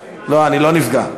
לא, אני לא נפגע.